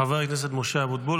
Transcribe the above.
חבר הכנסת משה אבוטבול,